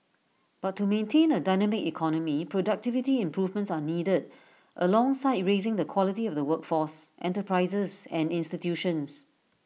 but to maintain A dynamic economy productivity improvements are needed alongside raising the quality of the workforce enterprises and institutions